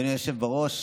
אדוני היושב בראש,